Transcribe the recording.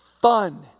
fun